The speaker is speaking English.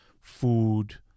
Food